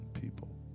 people